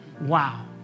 wow